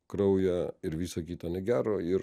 kraują ir visa kita negero ir